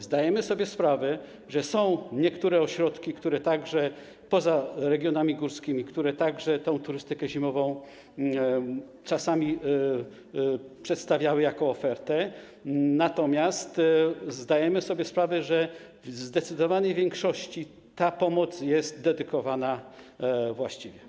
Zdajemy sobie sprawę, że są niektóre ośrodki poza regionami górskimi, które także turystykę zimową czasami przedstawiały jako ofertę, natomiast zdajemy sobie sprawę, że w zdecydowanej większości ta pomoc jest dedykowana właściwie.